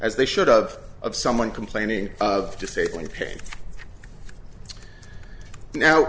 as they should of of someone complaining of disabling pain now